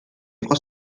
იყო